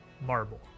marble